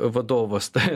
vadovas tai